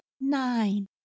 Nine